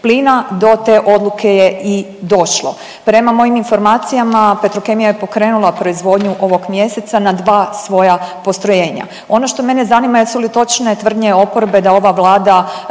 plina do te odluke je i došlo. Prema mojim informacijama Petrokemija je pokrenula proizvodnju ovog mjeseca na dva svoja postrojenja. Ono što mene zanima jesu li točne tvrdnje oporbe da ova Vlada